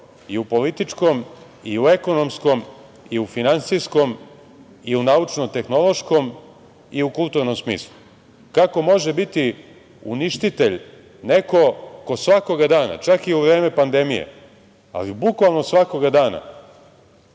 i u političkom, i u ekonomskom, i u finansijskom, i u naučno-tehnološkom, i u kulturnom smislu? Kako može biti uništitelj neko ko svakoga dana, čak i u vreme pandemije, ali bukvalno svakoga dana